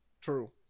True